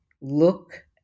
look